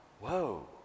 Whoa